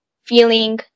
feeling